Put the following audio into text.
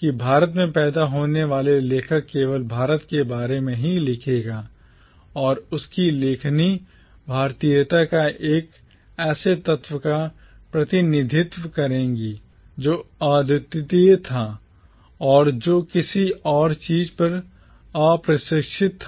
कि भारत में पैदा होने वाला लेखक केवल भारत के बारे में ही लिखेगा और उसकी लेखनी भारतीयता के एक ऐसे तत्व का प्रतिनिधित्व करेगी जो अद्वितीय था और जो किसी और चीज़ से अप्रशिक्षित था